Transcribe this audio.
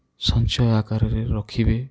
ସଞ୍ଚୟ ଆକାରରେ ରଖିବେ